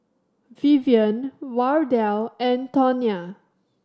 Vivian Wardell and Tonya